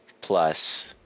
plus